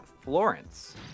Florence